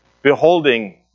beholding